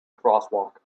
crosswalk